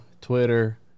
twitter